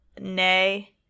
nay